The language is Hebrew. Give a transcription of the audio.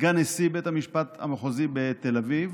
סגן נשיא בית המשפט המחוזי בתל אביב,